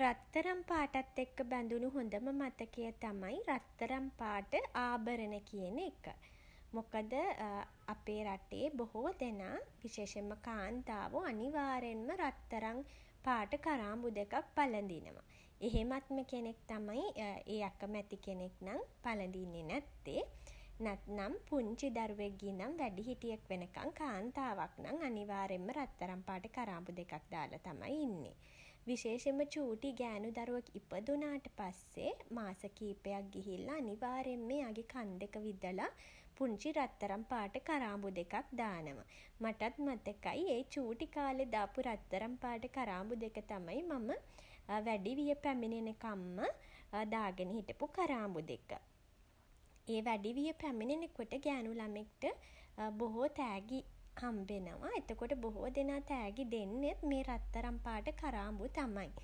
රත්තරං පාටත් එක්ක බැඳුණු හොඳම මතකය තමයි රත්තරන් පාට ආභරණ කියන එක. මොකද අපේ රටේ බොහෝ දෙනා විශේෂයෙන්ම කාන්තාවෝ අනිවාර්යෙන්ම රත්තරන් පාට කරාබු දෙකක් පළඳිනවා. එහෙමත්ම කෙනෙක් තමයි ඒ අකමැති කෙනෙක් නම් පලඳින්නේ නැත්තේ. නැත්නම් පුංචි දරුවෙක්ගේ ඉදන් වැඩිහිටියෙක් වෙනකන් කාන්තාවක් නම් අනිවාර්යෙන්ම රත්තරන් පාට කරාබු දෙකක් දාලා තමයි ඉන්නෙ. විශේෂයෙන්ම චූටි ගෑනු දරුවෙක් ඉපදුනාට පස්සේ මාස කීපයක් ගිහිල්ලා අනිවාර්යෙන්ම එයාගේ කන්දෙක විදලා පුංචි රත්තරන් පාට කරාබු දෙකක් දානව. මටත් මතකයි ඒ චූටි කාලෙ දාපු රත්තරන් පාට කරාබු දෙක තමයි මම වැඩිවිය පැමිණෙනකම්ම දාගෙන හිටපු කරාබු දෙක. ඒ වැඩිවිය පැමිණෙන කොට ගෑණු ළමයෙක්ට බොහෝ තෑගි හම්බ වෙනවා. එතකොට බොහෝදෙනා තෑගි දෙන්නෙත් මේ රත්තරන් පාට කරාබු තමයි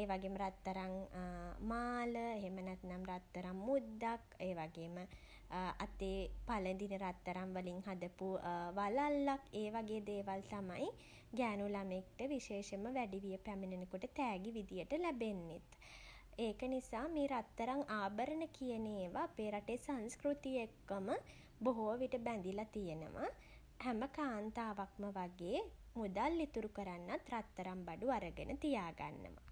ඒ වගේම රත්තරන් මාල එහෙම නැත්නම් රත්තරන් මුද්දක් ඒ වගේම අතේ පළඳින රත්තරන් වලින් හදපු වළල්ලක් ඒ වගේ දේවල් තමයි ගෑණු ළමයෙක්ට විශේෂයෙන්ම වැඩිවිය පැමිණෙන කොට තෑගි විදියට ලැබෙන්නෙත්. ඒක නිසා මේ රත්තරන් ආභරණ කියන ඒවා අපේ රටේ සංස්කෘතිය එක්කම බොහෝ විට බැඳිලා තියෙනවා. හැම කාන්තාවක්ම වගේ මුදල් ඉතුරු කරන්නත් රත්තරන් බඩු අරගෙන තියාගන්නවා.